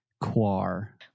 Quar